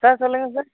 sir சொல்லுங்க sir